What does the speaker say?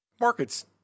Markets